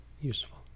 useful